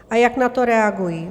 A jak na to reagují?